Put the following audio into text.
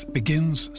begins